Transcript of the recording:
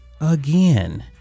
Again